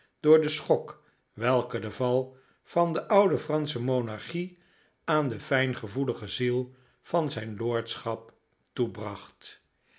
door den schok welken de val van de oude fransche monarchic aan de fljngevoelige ziel van zijn lordschap toebracht